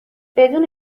بدون